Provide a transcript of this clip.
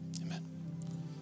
amen